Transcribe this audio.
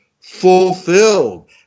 fulfilled